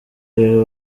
rero